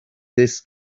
this